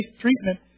Treatment